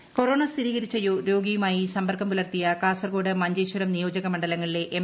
നിരീക്ഷണം കൊറോണ സ്ഥിരീകരിച്ച രോഗിയുമായി സമ്പർക്കം പുലർത്തിയ കാസർഗോഡ് മഞ്ചേശ്വരം നിയോജക മണ്ഡലങ്ങളിലെ എം